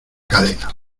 cadena